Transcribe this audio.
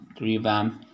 revamp